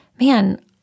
man